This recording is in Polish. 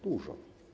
Dużo.